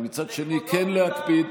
ומצד שני כן להקפיד,